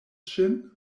ŝin